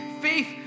faith